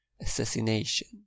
assassination